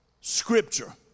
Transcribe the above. scripture